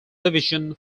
division